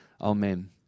amen